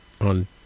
on